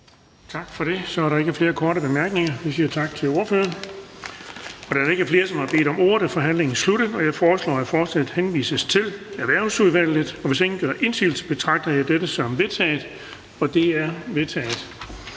Tak for det. Så er der ikke flere korte bemærkninger. Vi siger tak til ordføreren. Da der ikke er flere, som har bedt om ordet, er forhandlingen sluttet. Jeg foreslår, at forslaget til folketingsbeslutning henvises til Erhvervsudvalget. Hvis ingen gør indsigelse, betragter jeg dette som vedtaget. Det er vedtaget.